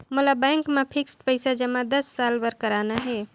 मोला बैंक मा फिक्स्ड पइसा जमा दस साल बार करना हे?